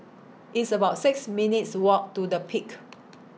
It's about six minutes' Walk to The Peak